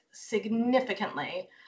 significantly